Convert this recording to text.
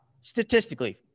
statistically